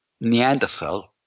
Neanderthal